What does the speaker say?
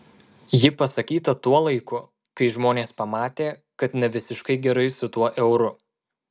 ji pasakyta tuo laiku kai žmonės pamatė kad ne visiškai gerai su tuo euru